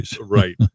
Right